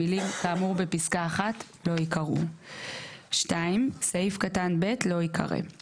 המילים "כאמור בפסקה (1)" לא ייקראו ; (2) סעיף קטן (ב) לא ייקרא ;